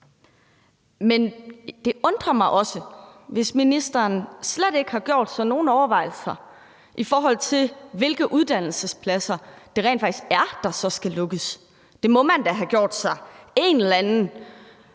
Men det undrer mig også, hvis ministeren slet ikke har gjort sig nogen overvejelser, i forhold til hvilke uddannelsespladser der rent faktisk så skal lukkes. Det må man da have gjort sig en eller anden